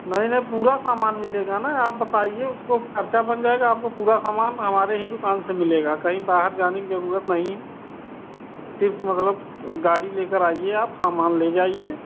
नहीं नहीं पूरा सामान मिलेगा ना आप बताईए उसको खर्चा बन जाएगा आपको पूरा सामान हमारे ही दुकान से मिलेगा कहीं बाहर जाने की ज़रूरत नहीं है सिर्फ़ मतलब गाड़ी लेकर आईए आप सामान ले जाईए